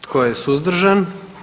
Tko je suzdržan?